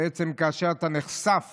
כאשר אתה נחשף